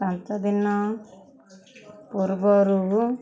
ପାଞ୍ଚ ଦିନ ପୂର୍ବରୁ